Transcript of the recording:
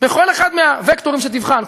בכל אחד מהווקטורים שתבחן,